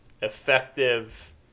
effective